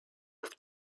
with